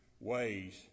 ways